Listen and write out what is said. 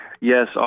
Yes